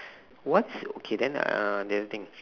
what's okay then uh the other thing is